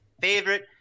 favorite